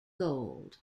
gold